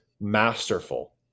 masterful